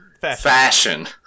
fashion